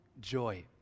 joy